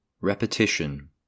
Repetition